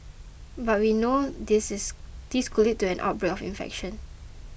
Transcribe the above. but we know this is this could lead to an outbreak of infection